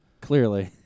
Clearly